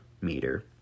meter